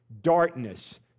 darkness